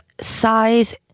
size